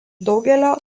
daugelio